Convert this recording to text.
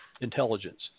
intelligence